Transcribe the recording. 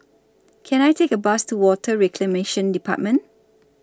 Can I Take A Bus to Water Reclamation department